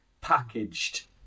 packaged